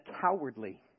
cowardly